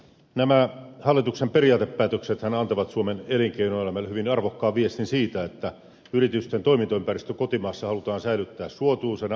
nämä hallituksen periaatepäätöksethän antavat suomen elinkeinoelämälle hyvin arvokkaan viestin siitä että yritysten toimintaympäristö kotimaassa halutaan säilyttää suotuisana uusia investointeja varten